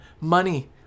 Money